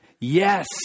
Yes